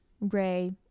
ray